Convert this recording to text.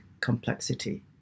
complexity